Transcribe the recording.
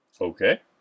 Okay